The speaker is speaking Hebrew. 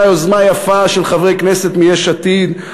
הייתה יוזמה יפה של חברי כנסת מיש עתיד,